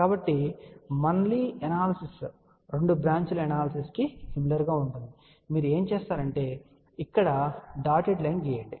కాబట్టి మళ్ళీ ఎనాలసిస్ రెండు బ్రాంచీల ఎనాలసిస్ కు సిమిలర్ గా ఉంటుంది మీరు ఏమి చేస్తారంటే ఇక్కడ డా టెడ్ లైన్ గీయండి